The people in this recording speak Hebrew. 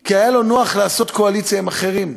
כי היה לו נוח לעשות קואליציה עם אחרים.